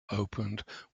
opened